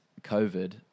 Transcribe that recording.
COVID